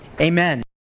Amen